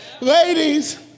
Ladies